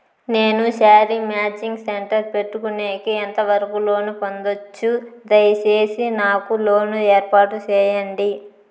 నేను sari matching centre పెట్టుకునేకి ఎంత వరకు లోను పొందొచ్చు? దయసేసి నాకు లోను ఏర్పాటు సేయండి?